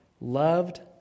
loved